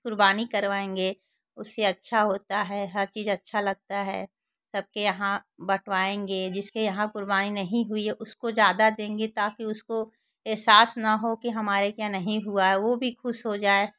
क़ुरबानी करवाएंगे उससे अच्छा होता है हर चीज़ अच्छी होती है सबके वहाँ बटवाएंगे जिसके यहाँ क़ुर्बानी नहीं हुई उसको ज़्यादा देंगे ताकि उसको एसास ना हो कि हमारे के यहाँ नहीं हुआ है वह भी ख़ुश हो जाए